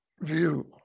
view